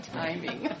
timing